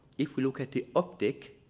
if we look at the optic,